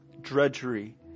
drudgery